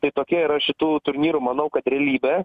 tai tokia yra šitų turnyrų manau kad realybė